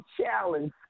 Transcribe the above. challenge